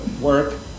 work